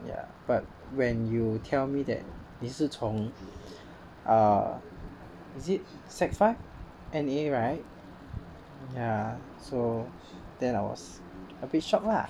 ya but when you tell me that 你是从 uh is it sec five N_A [right] ya so that I was a bit shocked lah